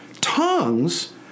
tongues